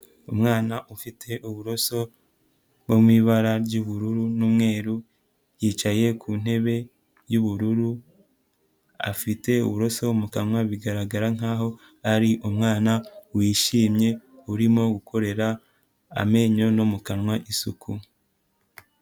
Umwana ufite uburoso bwo mu ibara ry'ubururu n'umweru, yicaye ku ntebe y'ubururu, afite uburoso mu kanwa, bigaragara nkaho ari umwana wishimye, urimo gukorera amenyo no mu kanwa isuku.